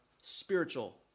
spiritual